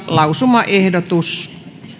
lausumaehdotuksen